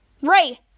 Ray